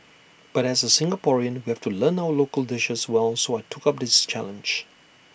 but as A Singaporean we have to learn our local dishes well so I took up this challenge